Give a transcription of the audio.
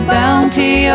bounty